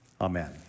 Amen